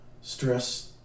Stress